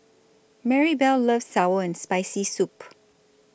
Marybelle loves Sour and Spicy Soup